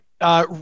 right